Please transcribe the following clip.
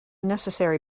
necessary